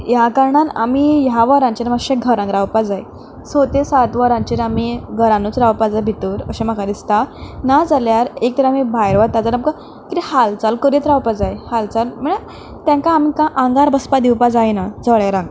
ह्या कारणान आमी ह्या वरांचेर मातशे घरांत रावपा जाय स ते सात वरांचेर आमी घरानूच रावपा जाय भितर अशें म्हाका दिसता नाजाल्यार एक तर आमी भायर वता जाल्यार आमकां कितेंय हालचाल करीत रावपा जाय हालचाल म्हळ्या तांकां आंगार बसपा दिवपा जायना जळेरांक